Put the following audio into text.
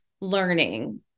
learning